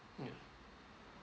mm